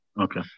Okay